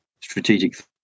strategic